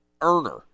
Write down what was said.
earner